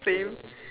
same